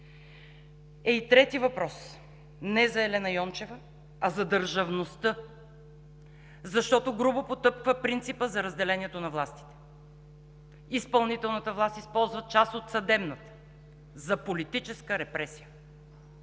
е и трети въпрос, не за Елена Йончева, а за държавността, защото грубо потъпква принципа за разделението на властите. Изпълнителната власт използва част от съдебната за политическа репресия.